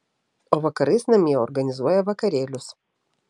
o vakarais namie organizuoja vakarėlius